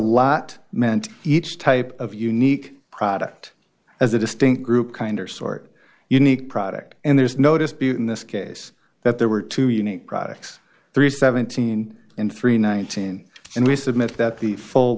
lat meant each type of unique product as a distinct group kind or sort unique product and there's no dispute in this case that there were two unique products three seventeen and three nineteen and we submit that the full